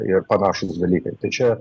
ir panašūs dalykai tai čia